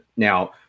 Now